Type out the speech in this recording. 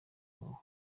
imihoho